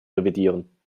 revidieren